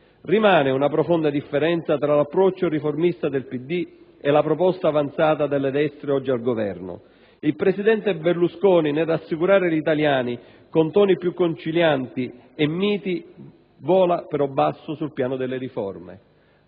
Rimane una profonda differenza tra l'approccio riformista del Partito Democratico e la proposta avanzata dalle destre oggi al Governo. Il presidente Berlusconi, nel rassicurare gli italiani con toni più concilianti e miti, vola però basso sul piano delle riforme.